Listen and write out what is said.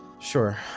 sure